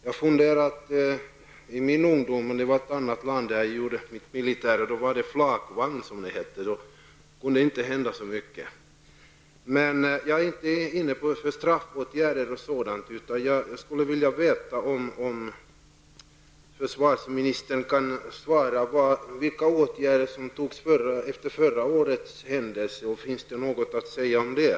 Jag gjorde min värnplikt i ett annat land -- där skedde transporterna med flakvagn, och det kunde inte hända så mycket. Jag är inte så mycket inne på att kräva straffåtgärder, men jag skulle bara vilja veta om försvarsministern kan redogöra för vilka åtgärder som vidtagits efter förra årets händelse och om det finns något att säga om det.